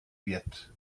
wird